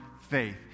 faith